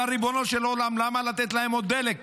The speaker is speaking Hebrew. אבל ריבונו של עולם, למה לתת להם עוד דלק?